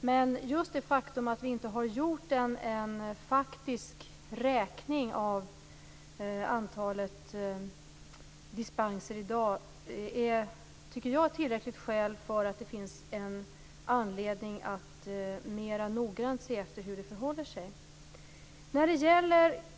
Men just det faktum att vi inte har gjort en faktisk räkning av antalet dispenser i dag tycker jag är tillräckligt skäl för att mer noggrant ta reda på hur det förhåller sig.